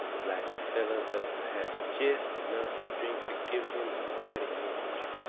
like a feller that's had jest enough to drink to give him a fighting edge.